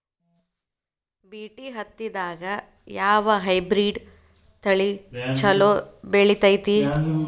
BT ಹತ್ತಿದಾಗ ಯಾವ hybrid ತಳಿ ಛಲೋ ಬೆಳಿತೈತಿ?